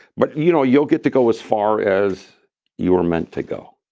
but you know you'll get to go as far as you're meant to go.